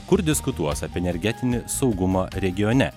kur diskutuos apie energetinį saugumą regione